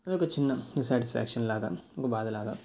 అదొక చిన్న డిసాటిస్ఫ్యాక్షన్ లాగా ఒక బాధ లాగా